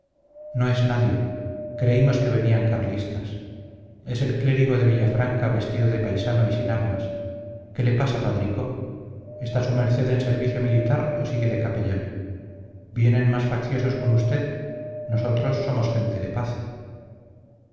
no es nadie creímos que venían carlistas es el clérigo de villafranca vestido de paisano y sin armas qué le pasa padrico está su merced en servicio militar o sigue de capellán vienen más facciosos con usted nosotros somos gente de paz